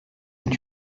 est